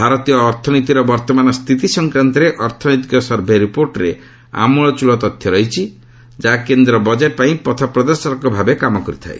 ଭାରତୀୟ ଅର୍ଥନୀତିର ବର୍ତ୍ତମାନ ସ୍ଥିତି ସଂକ୍ରାନ୍ତରେ ଅର୍ଥନୈତିକ ସର୍ଭେ ରିପୋର୍ଟରେ ଆମ୍ବଳଚ୍ଚଳ ତଥ୍ୟ ରହିଛି ଯାହା କେନ୍ଦ୍ର ବଜେଟ୍ ପାଇଁ ପଥପ୍ରଦର୍ଶକ ଭାବେ କାମ କରିଥାଏ